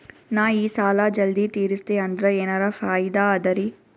ನಾ ಈ ಸಾಲಾ ಜಲ್ದಿ ತಿರಸ್ದೆ ಅಂದ್ರ ಎನರ ಫಾಯಿದಾ ಅದರಿ?